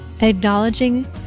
Acknowledging